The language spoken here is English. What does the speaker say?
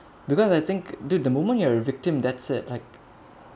because I think dude the moment you are a victim that's it like